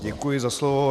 Děkuji za slovo.